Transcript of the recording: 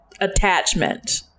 attachment